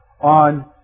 on